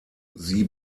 sie